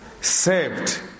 saved